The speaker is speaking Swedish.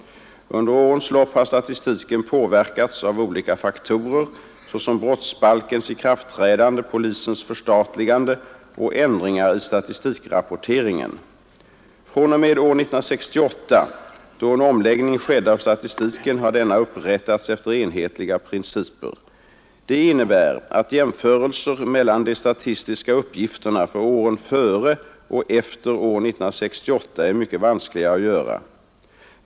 Under årens lopp har statistiken påverkats av olika faktorer, såsom brottsbalkens ikraftträdande, polisens förstatligande och ändringar i statistikrapporteringen. fr.o.m. år 1968, då en omläggning skedde av statistiken, har denna upprättats efter enhetliga principer. Det innebär att jämförelser mellan de statistiska uppgifterna för åren före och efter år 1968 är mycket vanskliga att göra.